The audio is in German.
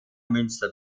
münster